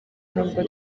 nubwo